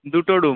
দুটো রুম